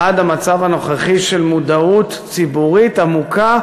עד המצב הנוכחי של מודעות ציבורית עמוקה